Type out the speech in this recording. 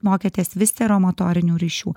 mokėtės visceromotorinių ryšių